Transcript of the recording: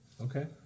Okay